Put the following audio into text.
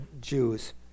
Jews